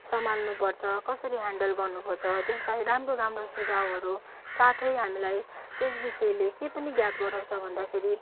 सम्हाल्नु पर्छ कसरी हेन्डल गर्नु पर्छ त्यसलाई राम्रो राम्रो सुझावहरू साथै हामीलाई त्यस विषयले के पनि ज्ञात गराउँछ भन्दाखेरि